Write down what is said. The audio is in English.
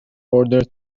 further